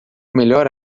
melhor